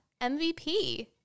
MVP